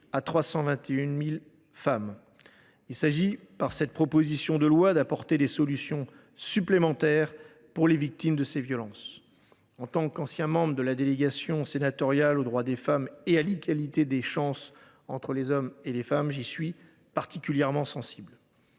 ou ex conjoint. Il s’agit, par cette proposition de loi, d’apporter des solutions supplémentaires aux victimes de ces violences. En tant qu’ancien membre de la délégation sénatoriale aux droits des femmes et à l’égalité des chances entre les hommes et les femmes, j’y suis particulièrement sensible.